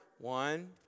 one